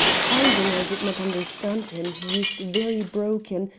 finding i did not understand him, he used very broken,